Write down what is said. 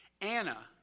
Anna